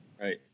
Right